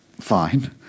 fine